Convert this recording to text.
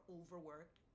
overworked